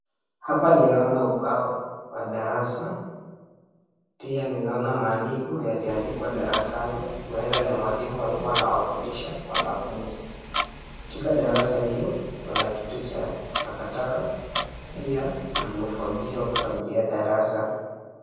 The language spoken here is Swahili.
Hapa ninaona uba kwa darasa, pia ninaona maandiko yaliyo andikwa darasani, uenda ni mwalimu alikuwa anawafundisha wanafunzi. Katika darasa hii kuna kitu cha takataka pia una ufagio wa kufagia darasa.